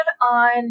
on